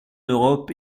europe